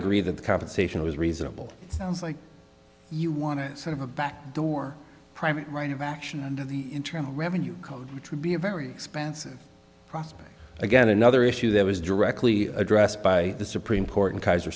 agree that the compensation was reasonable sounds like you want to sort of a back door private right of action and the internal revenue code which be a very expensive prospect again another issue that was directly addressed by the supreme court